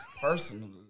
personally